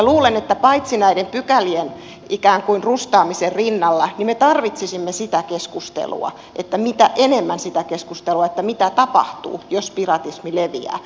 luulen että näiden pykälien ikään kuin rustaamisen rinnalla me tarvitsisimme enemmän sitä keskustelua että mitä tapahtuu jos piratismi leviää